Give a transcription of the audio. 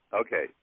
Okay